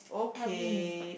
help me